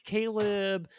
Caleb